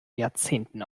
jahrzehnten